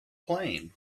plane